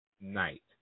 night